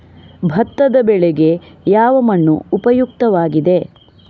ಭತ್ತದ ಬೆಳೆಗೆ ಯಾವ ಮಣ್ಣು ಉಪಯುಕ್ತವಾಗಿದೆ?